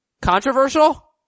Controversial